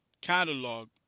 catalog